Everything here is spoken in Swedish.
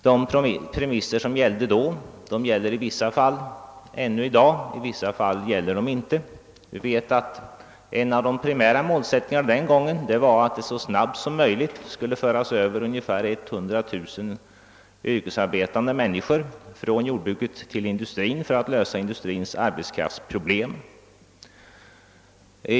De premisser som gällde då gäller i vissa fall ännu i dag, i vissa fall gäller de inte. Vi vet att en av de primära målsättningarna den gången var att det så snabbt som möjligt skulle föras över cirka 100 000 yrkesarbetande människor från jordbruket till industrin för att lösa industrins arbetskraftsproblem.